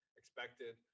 expected